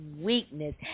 weakness